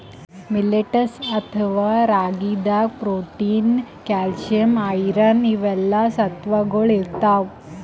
millets ಅಥವಾ ರಾಗಿದಾಗ್ protein, calcium, iron ಇವೆಲ್ಲಾ ಸತ್ವಗೊಳ್ ಇರ್ತವ್